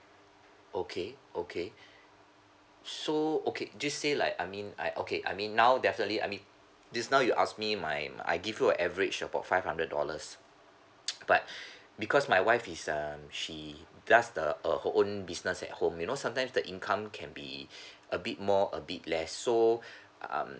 okay okay so okay just say like I mean I okay I mean now definitely I mean just now you ask me my I give you a average about five hundred dollars but because my wife is um she does the err her own business at home you know sometimes the income can be a bit more a bit less so um